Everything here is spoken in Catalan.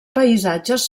paisatges